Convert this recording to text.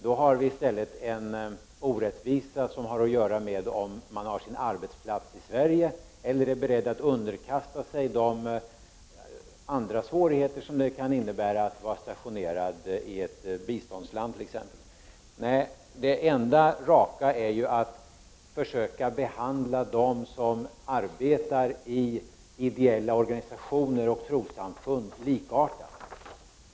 Då har vi i stället en orättvisa som har att göra med om man har sin arbetsplats i Sverige eller är beredd att underkasta sig de andra svårigheter som det kan innebära att vara stationerad i t.ex. ett biståndsland. Nej, det enda raka är att försöka behandla dem som arbetar i ideella organisationer och trossamfund likartat.